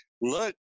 look